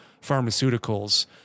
pharmaceuticals